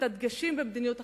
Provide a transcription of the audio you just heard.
הדגשים במדיניות החברתית.